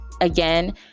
Again